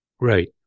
Right